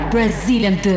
Brazilian